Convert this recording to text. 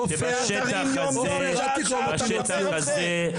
ואתרים יום יום שעה שעה אתה מצהיר את זה?